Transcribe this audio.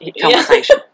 conversation